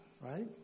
Right